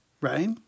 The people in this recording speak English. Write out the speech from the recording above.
right